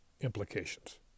implications